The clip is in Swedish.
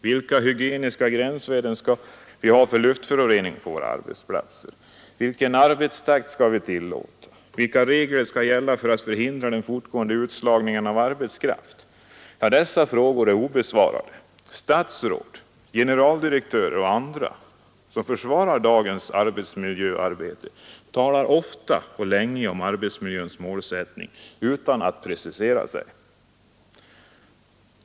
Vilka hygieniska gränsvärden skall vi ha för luftföroreningar på våra arbetsplatser? Vilken arbetstakt skall vi tillåta? Vilka regler skall gälla för att förhindra den fortgående utslagningen av arbetskraft? Dessa frågor är obesvarade. Statsråd, generaldirektörer ooch andra som försvarar dagens arbete rörande arbetsmiljön talar ofta och länge om målsättningen utan att precisera sig.